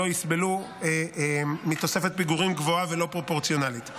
כדי שלא יסבלו מתוספת פיגורים גבוהה ולא פרופורציונלית.